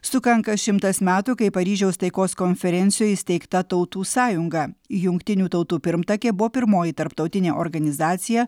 sukanka šimtas metų kai paryžiaus taikos konferencijoj įsteigta tautų sąjunga jungtinių tautų pirmtakė buvo pirmoji tarptautinė organizacija